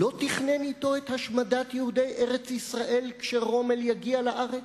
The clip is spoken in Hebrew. לא תכנן אתו את השמדת יהודי ארץ-ישראל כשרומל יגיע לארץ?